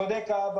צודק האבא,